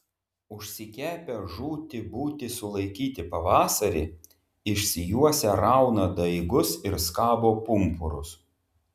užsikepę žūti būti sulaikyti pavasarį išsijuosę rauna daigus ir skabo pumpurus